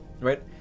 right